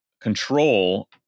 control